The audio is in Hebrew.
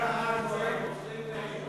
צריכים אדרנלין,